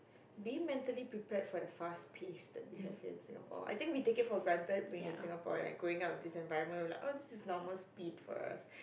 be mentally prepared for the fast paced that we have here in Singapore I think we take it for granted being in Singapore and like growing up with this environment lah this is normal speed for us